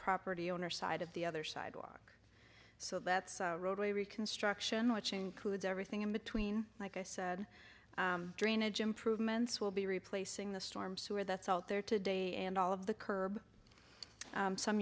property owner side of the other side walk so that roadway reconstruction which includes everything in between like i said drainage improvements will be replacing the storm sewer that's out there today and all of the curb some